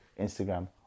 Instagram